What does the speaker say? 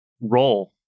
roll